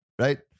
right